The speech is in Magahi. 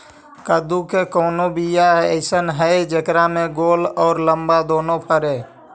कददु के कोइ बियाह अइसन है कि जेकरा में गोल औ लमबा दोनो फरे?